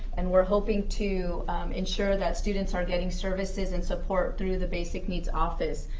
and we're hoping to ensure that students are getting services and support through the basic needs office,